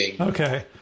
Okay